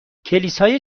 کلیسای